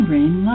Rain